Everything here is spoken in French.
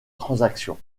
transaction